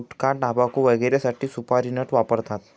गुटखाटाबकू वगैरेसाठी सुपारी नट वापरतात